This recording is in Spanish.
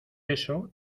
eso